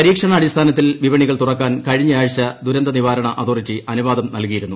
പരീക്ഷണാടിസ്ഥാനത്തിൽ വിപണികൾ തുറക്കാൻ കഴിഞ്ഞയാഴ്ച ദുരന്ത നിവാരണ അതോറിട്ടി അനുവാദം നല്കിയിരുന്നു